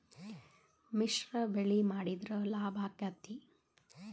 ಮಿಶ್ರ ಬೆಳಿ ಮಾಡಿದ್ರ ಲಾಭ ಆಕ್ಕೆತಿ?